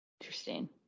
Interesting